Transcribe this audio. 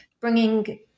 bringing